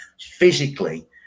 physically